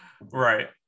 right